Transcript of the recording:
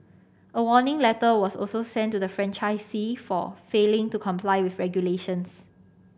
a warning letter was also sent to the franchisee for failing to comply with regulations